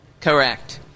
Correct